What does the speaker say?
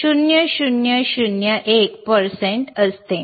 0001 असते